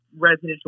residential